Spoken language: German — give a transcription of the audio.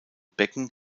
becken